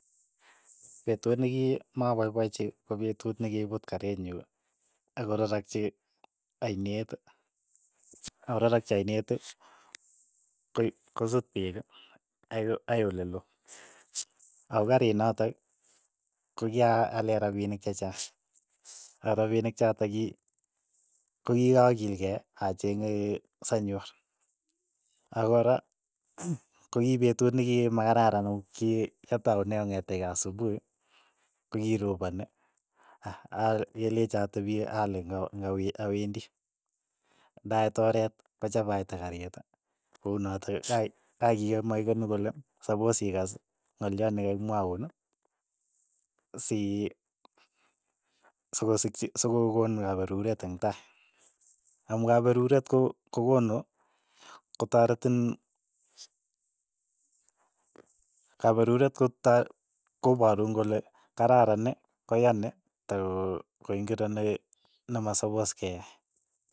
Petut ni ki mapaipachi ko petut ni kiiput kariit nyu akorarakchi ainet, akorarakchi ainet, koip kosut peek ako akoi ole loo, ako kariit natok kokyaale rapinik che chaang, ako rapinik chotok kii kokikakiil kei achenge sanyor, akoora ko ki petut niki makararan ki kataune kong'ete asupuhi, kokiroponi, ak kelecho atepi ale nga- ng'awe- awendi, mait oret kochapaita karit kounotok, ka kakimakikenu kole sapos ikas ng'alyot ne kakimwaun si sokosikchi sokokooni kaperuret ing' tai, amu kaperuret ko kokonu kotaretin kaperuret kota koparun kole karani koya ni tako ko ing'iro ne nemasapos keyai.